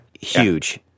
huge